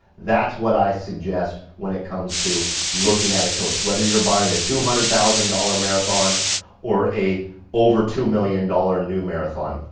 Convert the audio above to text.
that's what i suggest when it comes to looking at a coach whether you're buying a two hundred thousand dollars marathon or a over two million dollars new marathon.